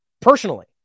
personally